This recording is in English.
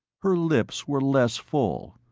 her lips were less full,